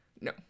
no